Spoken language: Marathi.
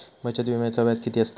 बचत विम्याचा व्याज किती असता?